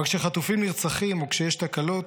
אבל כשחטופים נרצחים או כשיש תקלות,